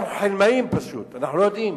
אנחנו פשוט חלמאים, אנחנו לא יודעים.